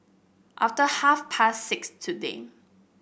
after half past six today